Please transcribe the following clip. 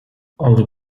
only